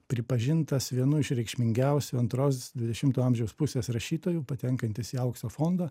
pripažintas vienu iš reikšmingiausių antros dvidešimto amžiaus pusės rašytojų patenkantis į aukso fondą